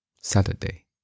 Saturday